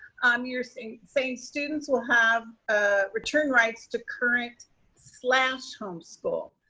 um you're saying saying students will have ah return rights to current slash homeschool.